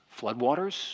Floodwaters